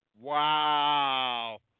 Wow